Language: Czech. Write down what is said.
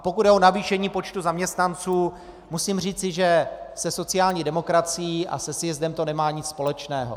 Pokud jde o navýšení počtu zaměstnanců, musím říci, že se sociální demokracií a se sjezdem to nemá nic společného.